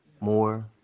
more